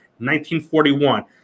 1941